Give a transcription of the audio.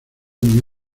mis